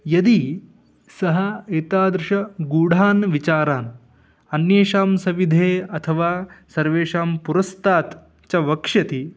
यदि सः एतादृशान् गूढान् विचारान् अन्येषां सविधे अथवा सर्वेषां पुरस्तात् च वक्ष्यति